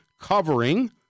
covering